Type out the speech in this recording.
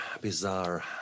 bizarre